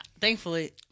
thankfully